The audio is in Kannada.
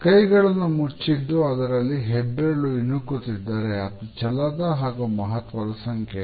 ಕೈಗಳು ಮುಚ್ಚಿದ್ದು ಅದರಲ್ಲಿ ಹೆಬ್ಬೆರಳು ಇಣುಕುತ್ತಿದ್ದರೆ ಅದು ಛಲದ ಹಾಗೂ ಮಹತ್ವದ ಸಂಕೇತ